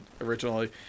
originally